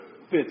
fits